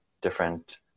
different